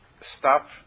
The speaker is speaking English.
stop